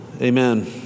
Amen